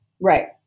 Right